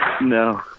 no